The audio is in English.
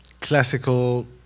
classical